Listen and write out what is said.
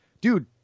dude